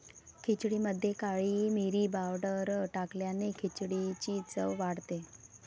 खिचडीमध्ये काळी मिरी पावडर टाकल्याने खिचडीची चव वाढते